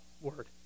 Word